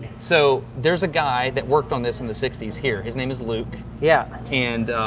so there's a guy that worked on this in the sixty s here. his name is luke. yeah. and,